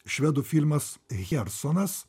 švedų firmas chersonas